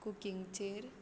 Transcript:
कुकिंगचेर